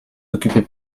occupez